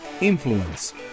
influence